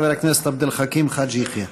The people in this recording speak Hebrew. חבר הכנסת עבד אל חכים חאג' יחיא.